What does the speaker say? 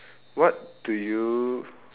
what do you